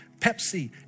Pepsi